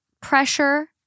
pressure